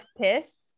piss